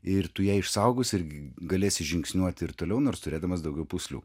ir tu ją išsaugosi ir galėsi žingsniuoti ir toliau nors turėdamas daugiau pūslių